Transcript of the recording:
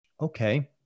Okay